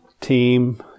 team